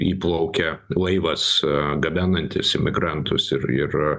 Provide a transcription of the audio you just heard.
įplaukia laivas gabenantis imigrantus ir ir